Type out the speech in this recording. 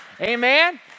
Amen